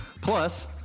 Plus